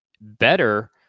better